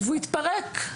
והוא התפרק.